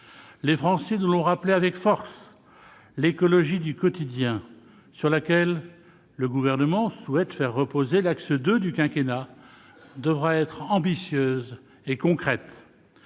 Les Français nous ont rappelé avec force que l'écologie du quotidien, sur laquelle le Gouvernement souhaite faire reposer l'axe II du quinquennat, devra être ambitieuse et concrète.